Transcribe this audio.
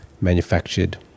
manufactured